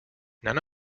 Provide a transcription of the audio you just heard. none